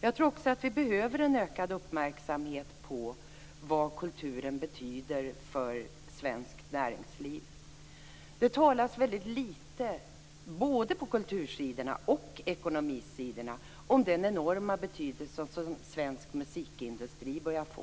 Jag tror också att vi behöver en ökad uppmärksamhet på vad kulturen betyder för svenskt näringsliv. Det talas både på kultursidorna och på ekonomisidorna väldigt litet om den enorma betydelse som svensk musikindustri börjar få.